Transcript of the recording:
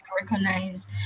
recognize